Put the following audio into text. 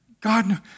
God